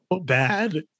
bad